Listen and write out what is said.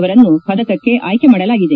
ಅವರನ್ನು ಪದಕಕ್ಕೆ ಆಯ್ಲೆ ಮಾಡಲಾಗಿದೆ